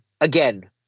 again